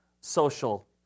social